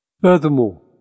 Furthermore